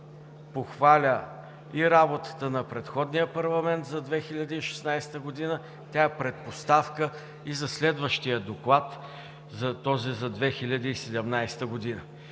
похваля и работата на предходния парламент за 2016 г. – тя е предпоставка и за следващия доклад за 2017 г.